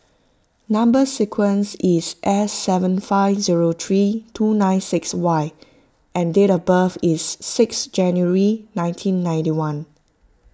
Number Sequence is S seven five zero three two nine six Y and date of birth is six January nineteen ninety one